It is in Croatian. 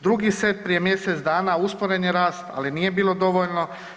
Drugi set prije mjesec dana, usporen je rast ali nije bilo dovoljno.